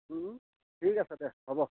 ঠিক আছে দে হ'ব